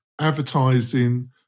advertising